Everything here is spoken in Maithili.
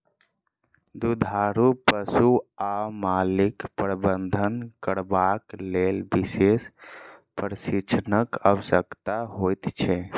दुधारू पशु वा मालक प्रबंधन करबाक लेल विशेष प्रशिक्षणक आवश्यकता होइत छै